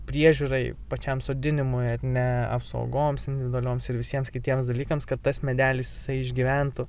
priežiūrai pačiam sodinimui ar ne apsaugoms individualioms ir visiems kitiems dalykams kad tas medelis jisai išgyventų